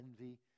envy